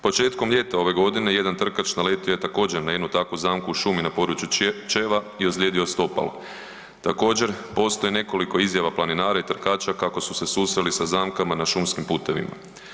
Početkom ljeta ove godine jedan trkač naletio je također na jednu takvu zamku u šumu na području Čeva i ozlijedio stopalo, također postoji nekoliko izjava planinara i trkača kako su se susreli sa zamkama na šumskim putevima.